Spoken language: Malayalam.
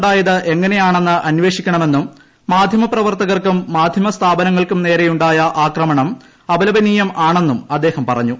ഉണ്ടായത് എങ്ങനെയാണെന്ന് അന്വേഷിക്കണമെന്നും മാധ്യമപ്രവർത്തകർക്കും മാന്യമ സ്ഥാപനങ്ങൾക്കും നേരെയുണ്ടായ ആക്രമണം അപലപനീയമാണെന്നും അദ്ദേഹം പറഞ്ഞു